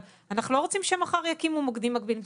אבל אנחנו לא רוצים שהם מחר יקימו מוקדים מקבילים,